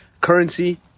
currency